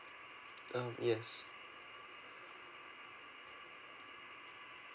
um yes